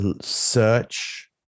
search